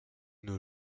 nos